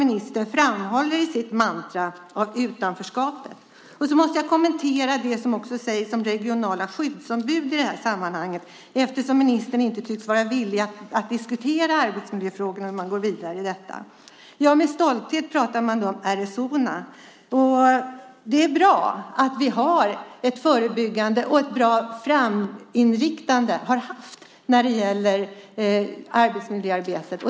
Ministern framhåller bara sitt mantra om utanförskapet. Jag måste kommentera det som sägs om regionala skyddsombud i sammanhanget, eftersom ministern inte tycks vara villig att diskutera arbetsmiljöfrågorna när man går vidare i detta. Med stolthet pratar man om RSO. Det är bra att vi har haft ett förebyggande och framåtriktat arbetsmiljöarbete.